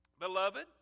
Beloved